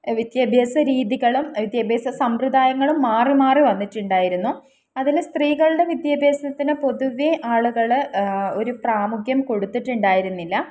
വിദ്യാഭ്യാസ രീതികളും വിദ്യാഭ്യാസ സമ്പ്രദായങ്ങളും മാറി മാറി വന്നിട്ടുണ്ടായിരുന്നു അതിൽ സ്ത്രീകളുടെ വിദ്യാഭ്യാസത്തിന് പൊതുവേ ആളുകൾ ഒരു പ്രാമുഖ്യം കൊടുത്തിട്ടുണ്ടായിരുന്നില്ല